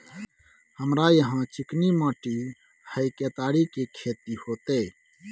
हमरा यहाँ चिकनी माटी हय केतारी के खेती होते?